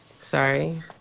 Sorry